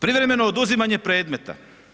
Privremeno oduzimanje predmeta.